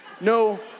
No